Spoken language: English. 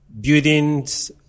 buildings